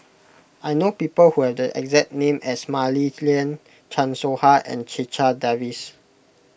I know people who have the exact name as Mah Li Lian Chan Soh Ha and Checha Davies